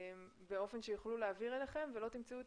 באופן שיוכלו להעביר אליכם ולא תמצאו את